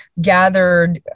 gathered